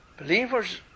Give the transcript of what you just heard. Believers